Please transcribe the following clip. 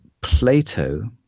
Plato